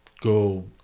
go